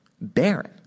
barren